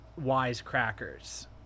Wisecrackers